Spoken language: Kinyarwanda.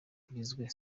bwagizwe